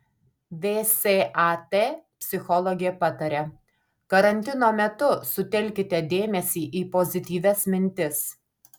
vsat psichologė pataria karantino metu sutelkite dėmesį į pozityvias mintis